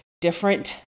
different